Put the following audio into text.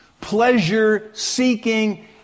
pleasure-seeking